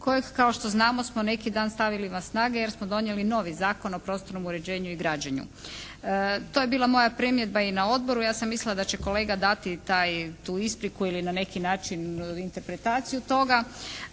kojeg kao što znamo smo neki dan stavili van snage jer smo donijeli novi Zakon o prostornom uređenju i građenju. To je bila moja primjedba i na odboru. Ja sam mislila da će kolega dati tu ispriku ili na neki način interpretaciju toga.